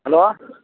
hello